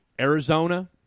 Arizona